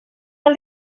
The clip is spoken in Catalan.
del